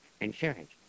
insurance